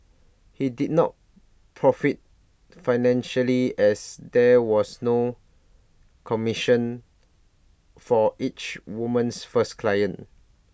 he did not profit financially as there was no commission for each woman's first client